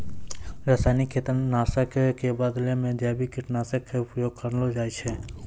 रासायनिक कीट नाशक कॅ बदला मॅ जैविक कीटनाशक कॅ प्रयोग करना चाहियो